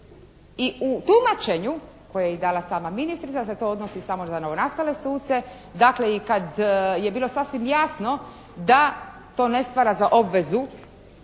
i u tumačenju koje je i dala sama ministrica da se to odnosi samo za novonastale suce. Dakle i kad je bilo sasvim jasno da to ne stvara za obvezu